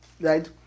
Right